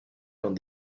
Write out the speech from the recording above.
dans